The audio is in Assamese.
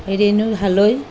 ৰেণু হালৈ